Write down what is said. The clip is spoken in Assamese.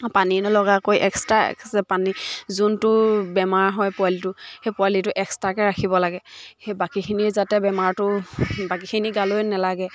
পানী নলগাকৈ এক্সট্ৰা পানী যোনটো বেমাৰ হয় পোৱালিটো সেই পোৱালিটো এক্সট্ৰাকৈ ৰাখিব লাগে সেই বাকীখিনিৰ যাতে বেমাৰটো বাকীখিনিৰ গালৈ নেলাগে